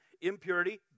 impurity